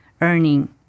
earning